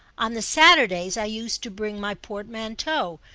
on the saturdays i used to bring my portmanteau,